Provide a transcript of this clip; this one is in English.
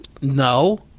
No